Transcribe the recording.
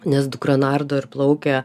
nes dukra nardo ir plaukia